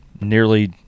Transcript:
nearly